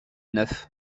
neuf